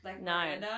no